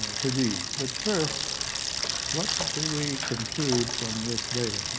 produce. but first what do we conclude from this data?